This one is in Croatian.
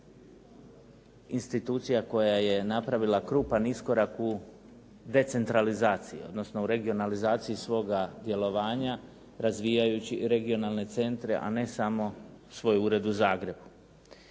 institucija koja je napravila krupan iskorak u decentralizaciji odnosno u regionalizaciji svoga djelovanja razvijajući regionalne centre a ne samo svoj ured u Zagrebu.